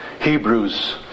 Hebrews